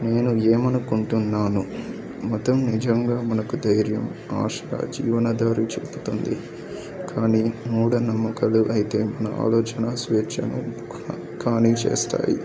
నేను ఏమనుకుంటున్నాను మతం నిజంగా మనకు ధైర్యం ఆశ జీవనధారి చూపుతుంది కానీ మూఢనమ్మకలు అయితే మన ఆలోచన స్వేచ్ఛను కానీ చేస్తాయి